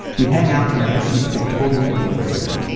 we hang out, and i proceed to get totally obliterated,